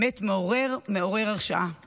זה באמת מעורר, מעורר השראה.